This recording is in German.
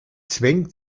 zwängt